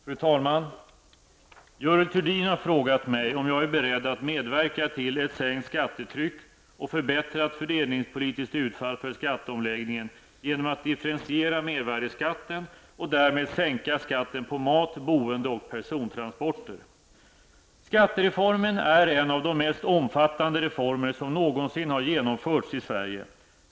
Fru talman! Görel Thurdin har frågat mig om jag är beredd att medverka till ett sänkt skattetryck och förbättrat fördelningspolitiskt utfall för skattomläggningen genom att differentiera mervärdeskatten och därmed sänka skatten på mat, boende och persontransporter. Skattereformen är en av de mest omfattande reformer som någonsin har genomförts i Sverige.